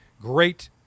great